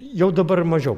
jau dabar mažiau